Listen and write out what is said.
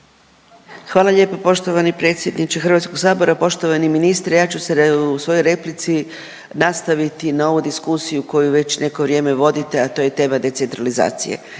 Hvala lijepo poštovani predsjedniče HS. Poštovani ministre, ja ću se u svojoj replici nastaviti na ovu diskusiju koju već neko vrijeme vodite, a to je tema decentralizacije.